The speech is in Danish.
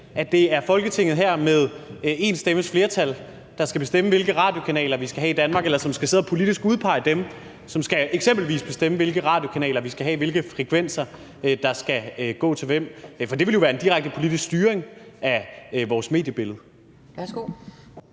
at det er Folketinget her, med én stemmes flertal, der skal bestemme, hvilke radiokanaler vi skal have i Danmark? Eller som skal sidde og politisk udpege dem, som eksempelvis skal bestemme, hvilke radiokanaler vi skal have, hvilke frekvenser der skal gå til hvem? For det ville jo være en direkte politisk styring af vores mediebillede.